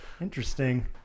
Interesting